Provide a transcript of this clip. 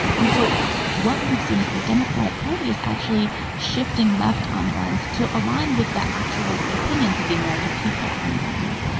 and so what we've seen as the democratic party is actually shifting left on guns to align with the actual opinions of the american people on guns.